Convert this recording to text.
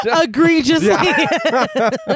Egregiously